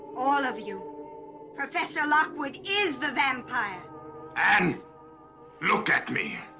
all of you professor lockwood is the vampire ann look at me